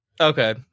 Okay